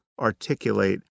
articulate